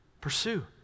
Pursue